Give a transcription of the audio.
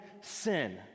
sin